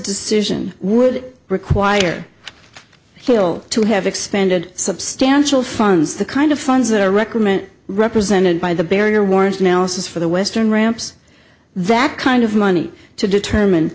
decision would require skill to have expended substantial funds the kind of funds that i recommend represented by the barrier warrant analysis for the western ramps that kind of money to determine